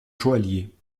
joaillier